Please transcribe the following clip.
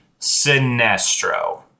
Sinestro